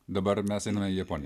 dabar mes einame į japoniją